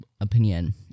opinion